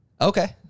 Okay